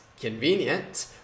convenient